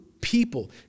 people